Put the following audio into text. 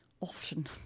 often